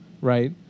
right